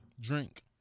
Drink